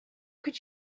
could